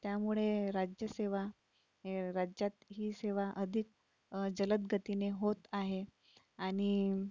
त्यामुळे राज्यसेवा हे राज्यात ही सेवा अधिक जलद गतीने होत आहे आणि